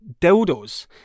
dildos